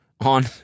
on